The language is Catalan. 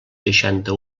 seixanta